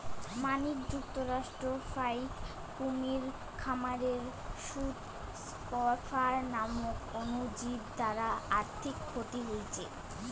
মার্কিন যুক্তরাষ্ট্রর ফাইক কুমীর খামারে সুস স্ক্রফা নামক অণুজীব দ্বারা আর্থিক ক্ষতি হইচে